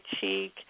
cheek